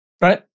right